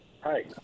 Hi